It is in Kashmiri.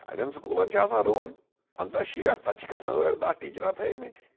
تہٕ اَڈیٚن سکوٗلن چھُ آسان رول پَنٛژاہ شیٹھ تَتہِ چھِکھ آسان ٲٹھ دَہ ٹیٖچرا تھٲومِتۍ